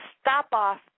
stop-off